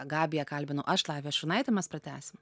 gabiją kalbinu aš lavija šunaitė mes pratęsim